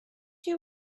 you